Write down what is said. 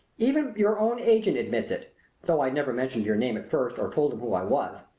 even your own agent admits it though i never mentioned your name at first or told him who i was.